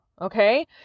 Okay